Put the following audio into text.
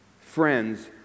friends